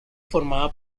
formaba